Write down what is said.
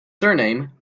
surname